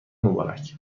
مبارک